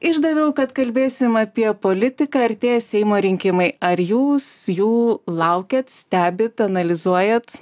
išdaviau kad kalbėsim apie politiką artėja seimo rinkimai ar jūs jų laukiat stebit analizuojat